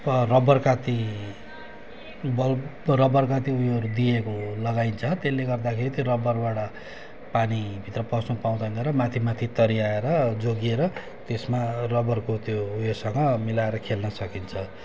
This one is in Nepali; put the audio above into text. अँ रबरका ती बल्ब रबरका त्यो उयोहरू दिएको लगाइन्छ त्यसले गर्दाखेरि त्यो रबरबाट पानी भित्र पस्नु पाउँदैन र माथि माथि तरिएर जोगिएर त्यसमा रबरको त्यो उयोसँग मिलाएर खेल्न सकिन्छ